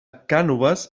cànoves